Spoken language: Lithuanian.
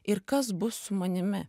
ir kas bus su manimi